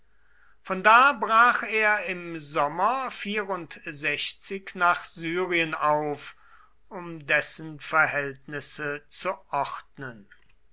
von da brach er im sommer nach syrien auf um dessen verhältnisse zu ordnen